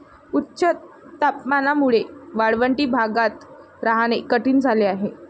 उच्च तापमानामुळे वाळवंटी भागात राहणे कठीण झाले आहे